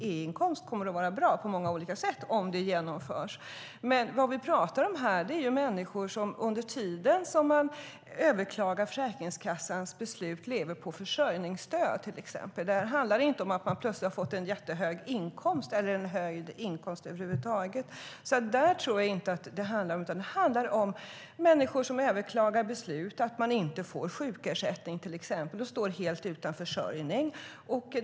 E-inkomst kommer att vara bra på många olika sätt om det genomförs, men vad vi pratar om här är till exempel människor som under tiden då de överklagar Försäkringskassans beslut lever på försörjningsstöd. Det handlar inte om att man plötsligt har fått en jättehög inkomst eller en höjd inkomst över huvud taget. Det handlar om människor som överklagar beslut, till exempel för att de inte fått sjukersättning, och står helt utan försörjning.